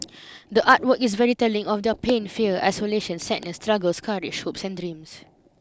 the art work is very telling of their pain fear isolation sadness struggles courage hopes and dreams